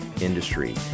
industry